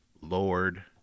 Lord